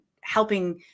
helping